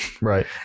right